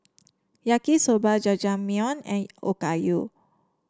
Yaki Soba Jajangmyeon and Okayu